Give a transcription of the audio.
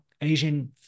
Asian